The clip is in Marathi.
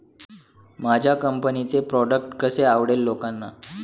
माझ्या कंपनीचे प्रॉडक्ट कसे आवडेल लोकांना?